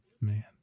Man